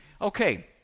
okay